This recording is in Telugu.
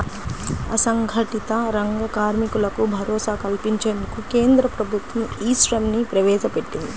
అసంఘటిత రంగ కార్మికులకు భరోసా కల్పించేందుకు కేంద్ర ప్రభుత్వం ఈ శ్రమ్ ని ప్రవేశపెట్టింది